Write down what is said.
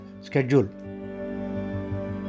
schedule